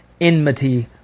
enmity